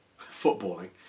footballing